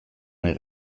nahi